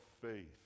faith